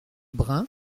brin